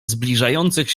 zbliżających